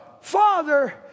father